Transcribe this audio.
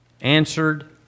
answered